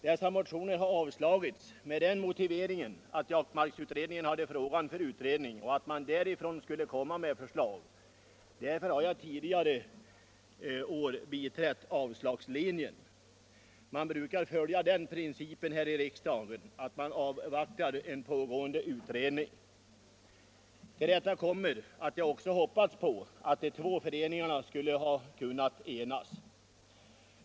Dessa motioner har avslagits med motiveringen att jaktmarksutredningen hade frågan för utredning och skulle komma med förslag. Därför har jag tidigare biträtt avslagslinjen. Man brukar följa den principen här i riksdagen att man avvaktar en pågående utredning. Till detta kommer att jag hoppats på att de två föreningarna skulle kunna enas.